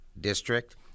District